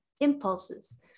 impulses